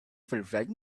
five